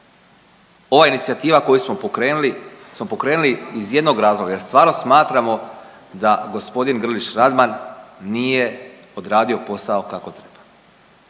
Ova inicijativa koju smo pokrenuli, smo pokrenuli iz jednog razloga jer stvarno smatramo da gospodin Grlić Radman nije odradio posao kako treba.